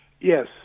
Yes